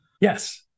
Yes